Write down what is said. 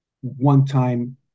one-time